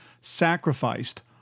sacrificed